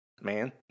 man